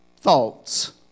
thoughts